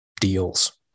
deals